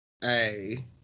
hey